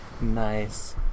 Nice